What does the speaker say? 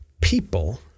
people